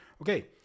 Okay